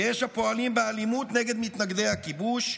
יש הפועלים באלימות נגד מתנגדי הכיבוש,